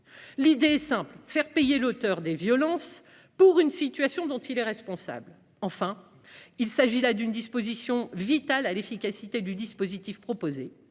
L'idée est simple : faire payer l'auteur des violences pour une situation dont il est responsable. Enfin- il s'agit là d'une condition essentielle d'efficacité du dispositif proposé